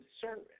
service